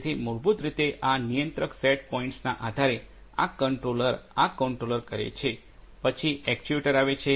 તેથી મૂળભૂત રીતે આ નિયંત્રક સેટ પોઇન્ટ્સના આધારે આ કંટ્રોલર આ કંટ્રોલર કરે છે પછી એક્ટ્યુએટર આવે છે